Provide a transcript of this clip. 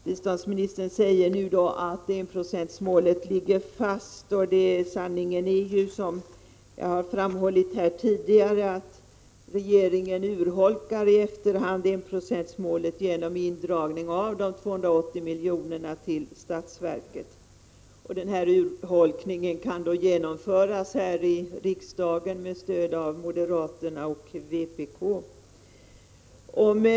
Biståndsministern säger nu att enprocentsmålet ligger fast. Sanningen är, som jag har framhållit här tidigare, att regeringen i efterhand urholkar enprocentsmålet genom indragningen av de 280 miljonerna till statsverket. Den urholkningen kan genomföras med stöd av moderaterna och vpk här i riksdagen.